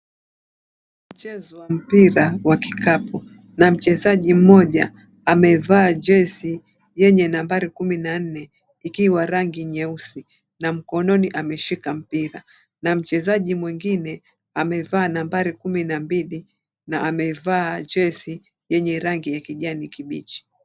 Mchezo wa mpira wa kikapu na mchezaji mmoja amevaa jesi yenye nambari kumi na nne ikiwa rangi nyeusi na mkononi ameshika mpira na mchezaji mwingine amevaa nambari kumi na mbili na amevaa jesi yenye rangi ya kijani kibichi.